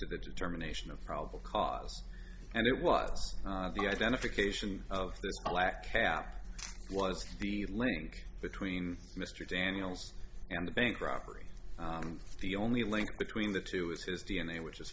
to the determination of probable cause and it was the identification of this black cap was the link between mr daniels and the bank robbery and the only link between the two is his d n a which is